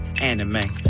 anime